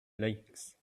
lakes